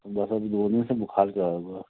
बस अभी दो दिन से बुखार चढ़ा हुआ है